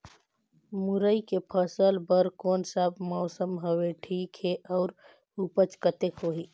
मुरई के फसल बर कोन सा मौसम हवे ठीक हे अउर ऊपज कतेक होही?